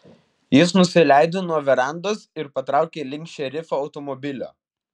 jis nusileido nuo verandos ir patraukė link šerifo automobilio